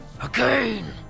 Again